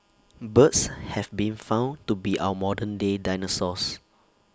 birds have been found to be our modern day dinosaurs